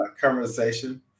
conversation